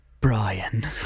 Brian